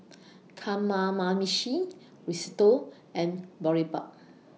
Kamameshi Risotto and Boribap